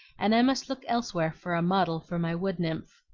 and i must look elsewhere for a model for my wood-nymph.